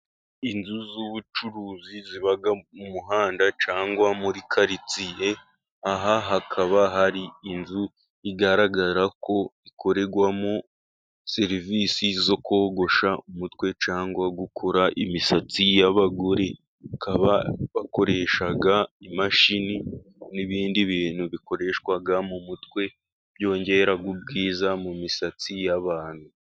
Inzu z'ubucuruzi ziba mu muhanda cyangwa muri karirtsiye. Aha hakaba hari inzu igaragara ko ikorerwamo serivisi zo kogosha umutwe cyangwa gukora imisatsi y'abagore. Bakaba bakoresha imashini n'ibindi bintu bikoreshwa mu mutwe byongera ubwiza mu misatsi y'abantu.